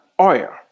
oil